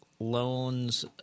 loans